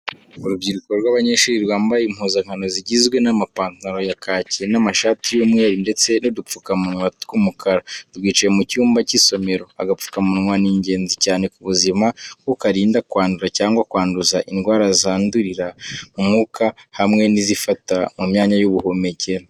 Urubyiruko rw'abanyeshuri rwambaye impuzankano zigizwe n'amapantalo ya kaki n'amashati y'umweru, ndetse n'udupfukamunwa tw'umukara, rwicaye mu cyumba cy'isomero. Agapfukamunwa ni ingenzi cyane ku buzima kuko karinda kwandura cyangwa kwanduza indwara zandurira mu mwuka hamwe n’izifata mu myanya y’ubuhumekero.